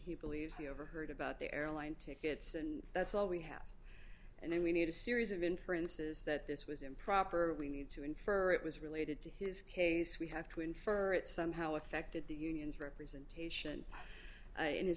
he believes the overheard about the airline tickets and that's all we have and then we need a series of inferences that this was improper we need to infer it was related to his case we have to infer it somehow affected the union's representation in his